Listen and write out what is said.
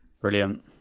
Brilliant